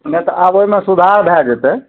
नहि तऽ आब ओहिमे सुधार भए जेतै